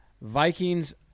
Vikings